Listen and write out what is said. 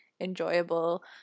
enjoyable